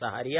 Saharia